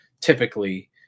typically